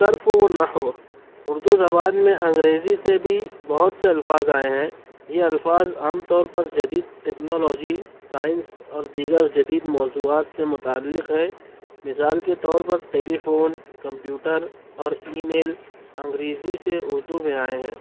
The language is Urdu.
صرف و نحو اردو زبان میں انگریزی سے بھی بہت سے الفاظ آئے ہیں یہ الفاظ عام طور پر جدید ٹکنالوجی سائنس اور دیگر جدید موضوعات سے متعلق ہیں مثال کے طور پر ٹیلیفون کمپیوٹر اور ای میل انگریزی سے اردو میں آئے ہیں